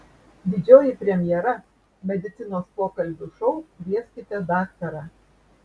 didžioji premjera medicinos pokalbių šou kvieskite daktarą